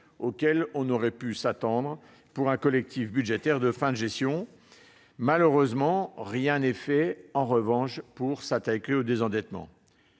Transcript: attendre dans le cadre d'un collectif budgétaire de fin de gestion. Malheureusement, rien n'est fait en revanche pour s'attaquer au désendettement.